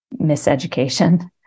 miseducation